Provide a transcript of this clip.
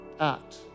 act